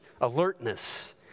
alertness